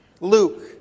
Luke